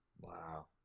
Wow